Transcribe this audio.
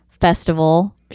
festival